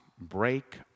break